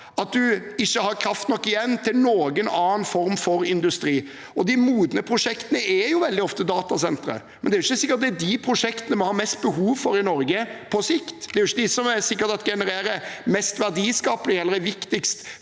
at man ikke har kraft nok igjen til noen annen form for industri. De modne prosjektene er veldig ofte datasentre. Det er ikke sikkert at det er de prosjektene vi har mest behov for i Norge på sikt, det er ikke sikkert det er de som genererer mest verdiskaping, eller som er viktigst